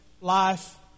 life